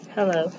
Hello